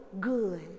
good